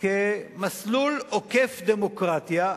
כמסלול עוקף דמוקרטיה,